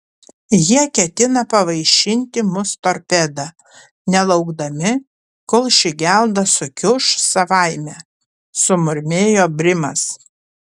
jie ketina pavaišinti mus torpeda nelaukdami kol ši gelda sukiuš savaime sumurmėjo brimas